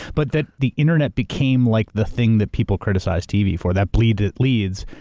but that the internet became like the thing that people criticize tv for, that bleeds, it leads,